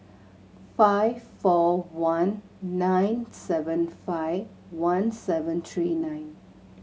five four one nine seven five one seven three nine